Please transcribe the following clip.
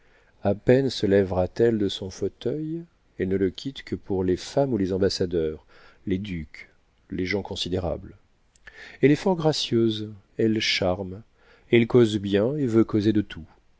a peine se lèvera t elle de son fauteuil elle ne le quitte que pour les femmes ou les ambassadeurs les ducs les gens considérables elle est fort gracieuse elle charme elle cause bien et veut causer de tout